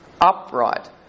upright